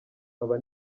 baba